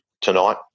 tonight